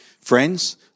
friends